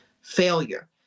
failure